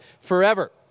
forever